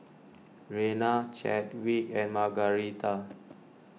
Rena Chadwick and Margaretha